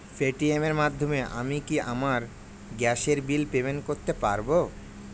Paytm এর মাধ্যমে আমি কি আমার গ্যাসের বিল পেমেন্ট করতে পারব?